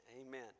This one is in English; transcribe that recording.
amen